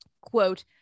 quote